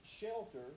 shelter